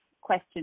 question